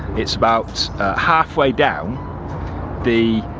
it's about halfway down the.